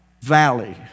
valley